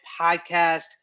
podcast